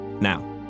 Now